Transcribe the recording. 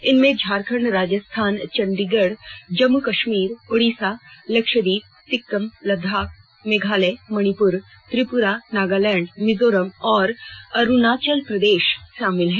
इनमें झारखंड राजस्थान चंडीगढ़ जम्मू कश्मीर ओडिशा लक्षद्वीप सिक्किम लद्दाख मेघालय मणिप्र त्रिपुरा नगालैंड मिजोरम और अरूणाचल प्रदेश शामिल हैं